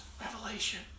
Revelation